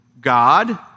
God